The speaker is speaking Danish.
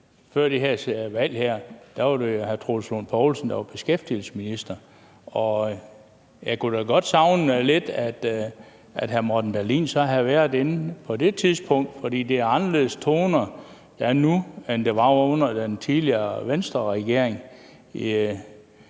Før det seneste valg her var det jo hr. Troels Lund Poulsen, der var beskæftigelsesminister, og jeg kunne da godt savne lidt, at hr. Morten Dahlin havde været herinde på det tidspunkt, for det er anderledes toner, der er nu, end der var under den tidligere Venstreledede regering,